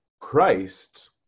Christ